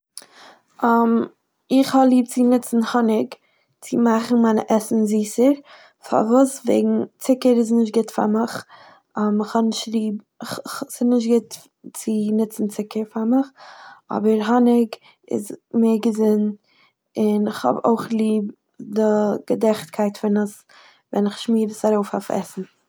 איך האב ליב צו נוצן האניג צו מאכן מיינע עסן זיסער, פארוואס? וועגן צוקער איז נישט גוט פאר מיך, איך האב נישט ליב- איך- איך- ס'איז נישט גוט צו נוצן צוקער פאר מיך, אבער האניג איז מער געזונט און כ'האב אויך ליב די געדעכטקייט פון עס ווען איך שמיר עס ארויף אויף עסן.